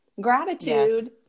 gratitude